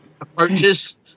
approaches